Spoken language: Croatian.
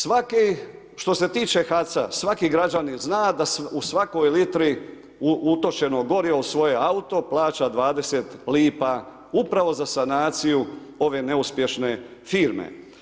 Svake, što se tiče HAC-a, svaki građanin zna da u svakoj litri utočenog goriva u svoj auto plaća 20 lipa upravo za sanaciju ove neuspješne firme.